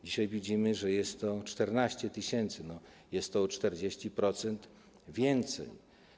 Dzisiaj widzimy, że jest ich 14 tys., czyli jest ich o 40% więcej.